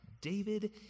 David